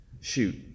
Shoot